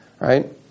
Right